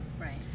right